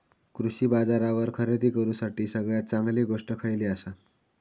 कृषी बाजारावर खरेदी करूसाठी सगळ्यात चांगली गोष्ट खैयली आसा?